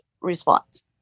response